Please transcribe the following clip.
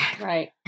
Right